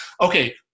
Okay